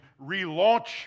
relaunch